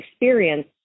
experience